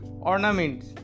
ornaments